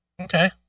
Okay